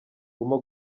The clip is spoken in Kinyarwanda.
guma